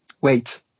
wait